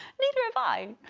neither have i